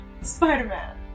Spider-Man